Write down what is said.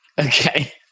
Okay